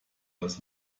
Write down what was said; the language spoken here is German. das